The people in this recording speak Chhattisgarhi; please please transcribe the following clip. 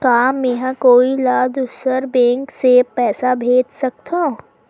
का मेंहा कोई ला दूसर बैंक से पैसा भेज सकथव?